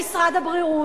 ולמשרד הבריאות,